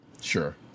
Sure